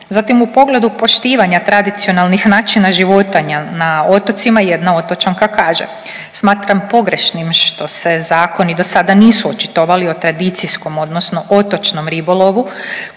Zatim u pogledu poštivanja tradicionalnih načina života na otocima jedna otočanka kaže, smatram pogrešnim što se zakoni dosada nisu očitovali o tradicijskom odnosno otočnom ribolovu